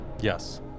Yes